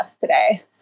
today